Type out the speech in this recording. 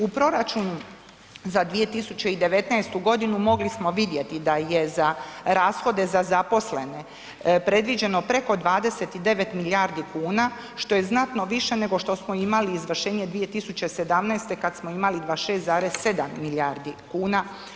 U proračun za 2019.g. mogli smo vidjeti da je za rashode za zaposlene predviđeno preko 29 milijardi kuna, što je znatno više nego što smo imali izvršenje 2017. kad smo imali 26,7 milijardi kuna.